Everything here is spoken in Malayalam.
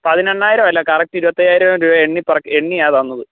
പതിനെണ്ണായിരം അല്ല കറക്റ്റ് ഇരുപത്തിഅയ്യായ്യിരം രൂപ എണ്ണി പെറുക്കി എണ്ണിയാണ് തന്നത്